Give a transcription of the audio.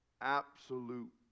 Absolute